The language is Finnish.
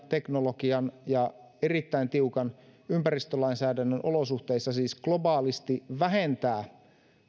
teknologian ja erittäin tiukan ympäristölainsäädäntömme olosuhteissa siis globaalisti vähentää